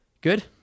Good